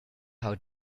how